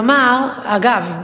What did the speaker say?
אגב,